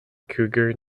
cougar